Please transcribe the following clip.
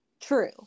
True